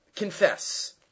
Confess